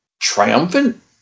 triumphant